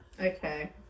okay